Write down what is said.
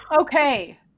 Okay